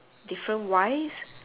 different wives